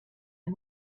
and